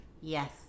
Yes